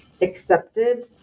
accepted